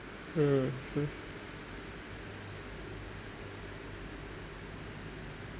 hmm